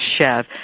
chef